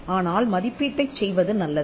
ஆனால் மதிப்பீட்டைச் செய்வது நல்லது